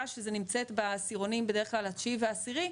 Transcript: שנמצאת בעשירונים בדרך כלל התשיעי והעשירי,